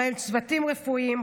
ובהם צוותים רפואיים,